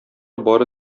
бары